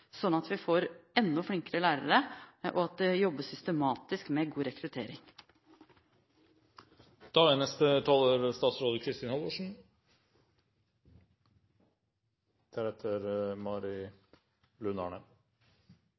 sånn at vi får enda flinkere lærere, og at det jobbes systematisk med god